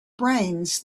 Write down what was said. brains